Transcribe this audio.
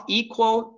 equal